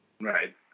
Right